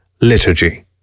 Liturgy